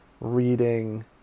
reading